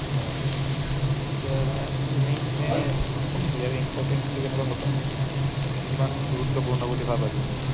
হয় এতিয়া তুমি এনেই ইয়াৰ ইম্পৰ্টেঞ্চটো কেনেকুৱা ভাবা কিমান গুৰুত্বপূৰ্ণ বুলি ভাবা তুমি এইটো